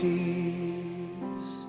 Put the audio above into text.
Peace